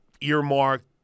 earmarked